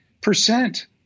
percent